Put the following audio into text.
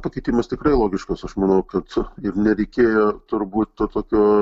pakeitimas tikrai logiškas aš manau kad ir nereikėjo turbūt to tokio